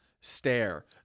stare